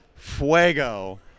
Fuego